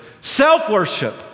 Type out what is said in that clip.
self-worship